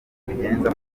mbigenza